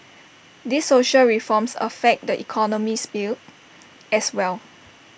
these social reforms affect the economic sphere as well